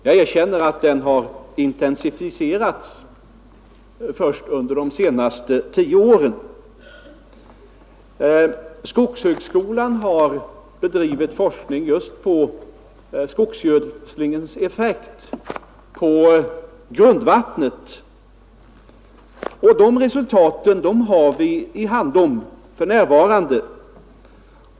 Jag erkänner att den har intensifierats först under de senaste 10 åren. Skogshögskolan har bedrivit forskning just om skogsgödslingens effekt på grundvattnet, och resultaten av denna forskning har vi i handom för närvarande.